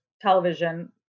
television